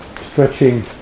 stretching